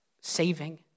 saving